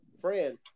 friend